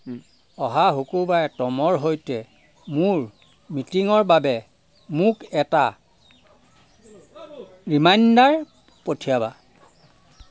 অহা শুক্ৰবাৰে ট'মৰ সৈতে মোৰ মিটিঙৰ বাবে মোক এটা ৰিমাইণ্ডাৰ পঠিয়াবা